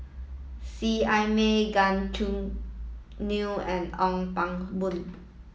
seet Ai Mee Gan Choo Neo and Ong Pang Boon